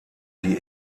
die